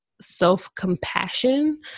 self-compassion